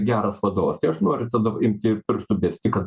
geras vadovas tai aš noriu tada imti pirštu besti kad